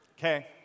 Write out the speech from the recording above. Okay